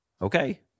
Okay